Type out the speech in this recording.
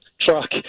truck